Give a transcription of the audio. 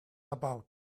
about